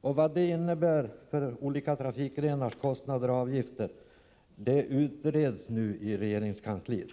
Vad det innebär för olika trafikgrenars kostnader och avgifter utreds nu i regeringskansliet.